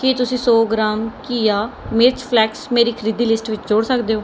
ਕੀ ਤੁਸੀਂ ਸੌ ਗ੍ਰਾਮ ਕੀਆ ਮਿਰਚ ਫਲੈਕਸ ਮੇਰੀ ਖਰੀਦੀ ਲਿਸਟ ਵਿੱਚ ਜੋੜ ਸਕਦੇ ਹੋ